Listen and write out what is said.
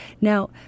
Now